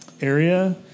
area